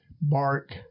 bark